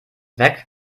weg